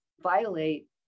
violate